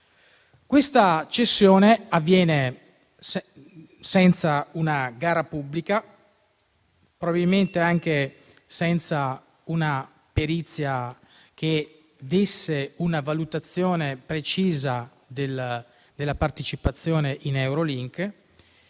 Questa cessione è avvenuta senza una gara pubblica, probabilmente anche senza una perizia che desse una valutazione precisa della partecipazione in Eurolink,